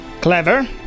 clever